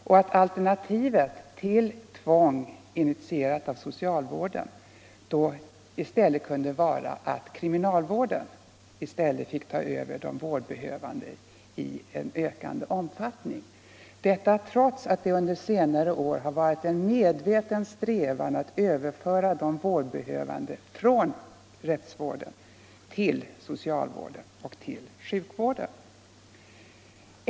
och alternativet till tvång initierat av socialvården kunde i stället vara att kriminalvården tog över de vårdbehövande i ökande omfattning - detta trots att det under senare år varit en medveten strävan att överföra de vårdbehövande från rättsvården till socialvården och till sjukvården.